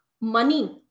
money